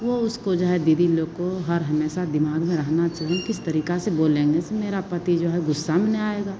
वो उसको जो है दीदी लोग को हर हमेशा दिमाग में रहना चाहिए किस तरीका से बोलेंगे जैसे मेरा पति जो है गुस्सा में न आएगा